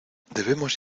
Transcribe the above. debemos